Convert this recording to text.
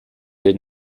did